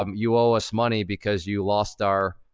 um you owe us money because you lost our,